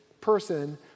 person